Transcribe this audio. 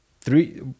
three